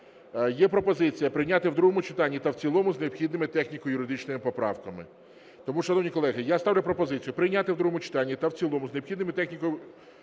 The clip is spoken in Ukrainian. Є пропозиція прийняти в другому читанні та в цілому з необхідними техніко-юридичними поправками. Тому, шановні колеги, я ставлю пропозицію прийняти в другому читанні та в цілому з необхідними техніко-юридичними поправками